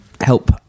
help